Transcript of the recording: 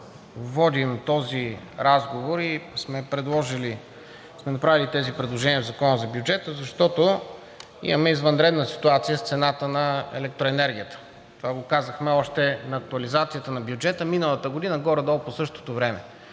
водим този разговор и сме направили тези предложения в Закона за бюджета? Защото имаме извънредна ситуация с цената на електроенергията. Това го казахме още на актуализацията на бюджета миналата година горе долу по същото време.